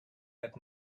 that